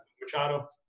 Machado